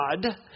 God